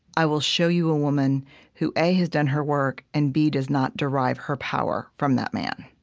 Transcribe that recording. i will show you a woman who, a, has done her work and, b, does not derive her power from that man.